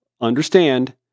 understand